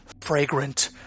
fragrant